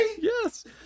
Yes